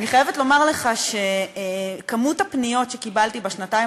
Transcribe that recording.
אני חייבת לומר לך שכמות הפניות שקיבלתי בשנתיים